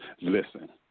Listen